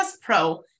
pro